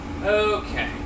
Okay